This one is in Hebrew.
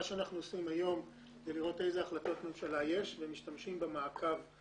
מה שאנחנו עושים היום זה לראות אילו החלטות ממשלה יש ומשתמשים במעקב,